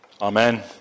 Amen